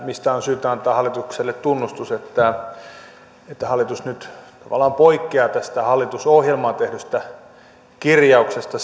mistä on syytä antaa hallitukselle tunnustus että että hallitus nyt vallan poikkeaa tästä hallitusohjelmaan tehdystä kirjauksesta